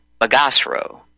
Bagasro